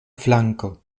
flanko